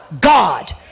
God